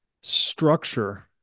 structure